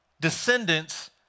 descendants